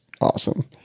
awesome